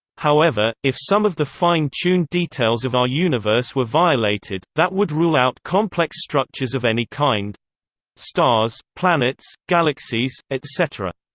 however, if some of the fine-tuned details of our universe were violated, that would rule out complex structures of any kind stars, planets, galaxies, etc.